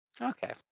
Okay